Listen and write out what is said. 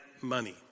money